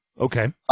Okay